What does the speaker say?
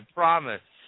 promise